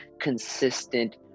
consistent